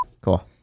Cool